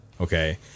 Okay